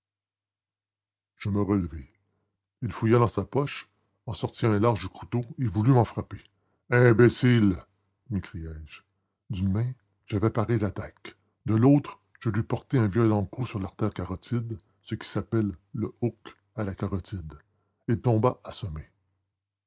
je me relevai il fouilla dans sa poche en sortit un large couteau et voulut m'en frapper imbécile m'écriai-je d'une main j'avais paré l'attaque de l'autre je lui portai un violent coup sur l'artère carotide ce qui s'appelle le hook à la carotide il tomba assommé